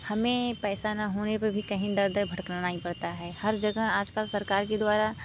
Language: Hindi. हमें पैसा ना होने पर भी कहीं दर दर भटकना नहीं पड़ता है हर जगह आजकल सरकार के द्वारा